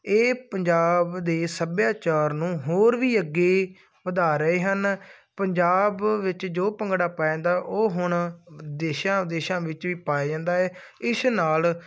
ਇਹ ਪੰਜਾਬ ਦੇ ਸੱਭਿਆਚਾਰ ਨੂੰ ਹੋਰ ਵੀ ਅੱਗੇ ਵਧਾ ਰਹੇ ਹਨ ਪੰਜਾਬ ਵਿੱਚ ਜੋ ਭੰਗੜਾ ਪਾਇਆ ਜਾਂਦਾ ਉਹ ਹੁਣ ਦੇਸ਼ਾਂ ਵਿਦੇਸ਼ਾਂ ਵਿੱਚ ਵੀ ਪਾਇਆ ਜਾਂਦਾ ਹੈ ਇਸ ਨਾਲ